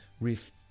riff